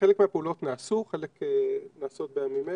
חלק מהפעולות נעשו, חלק נעשות בימים אלה.